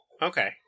Okay